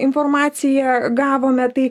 informaciją gavome tai